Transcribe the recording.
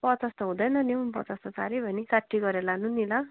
पचास त हुँदैन नि हौ पचास त साह्रै भयो नि साठी गरेर लानु नि ल